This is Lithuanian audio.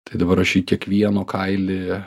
tai dabar aš į kiekvieno kailį